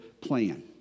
plan